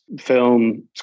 film